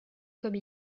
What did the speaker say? comme